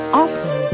often